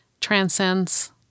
transcends